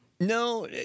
No